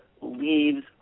leaves